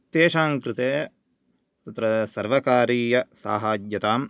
तेषां कृते तत्र सर्वकारीय साहाय्यतां